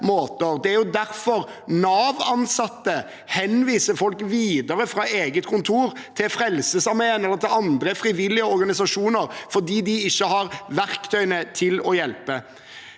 Det er derfor Nav-ansatte henviser folk videre fra eget kontor til Frelsesarmeen og andre frivillige organisasjoner – fordi de ikke har verktøyene til å hjelpe.